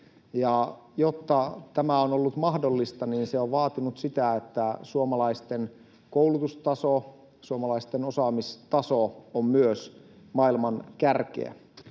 Jotta tämä on ollut mahdollista, se on vaatinut sitä, että suomalaisten koulutustaso, suomalaisten osaamistaso on myös maailman kärkeä.